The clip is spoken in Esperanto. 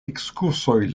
ekskursoj